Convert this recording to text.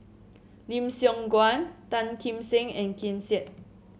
Lim Siong Guan Tan Kim Seng and Ken Seet